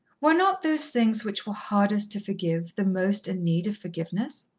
were not those things which were hardest to forgive, the most in need of forgiveness?